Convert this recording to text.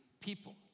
people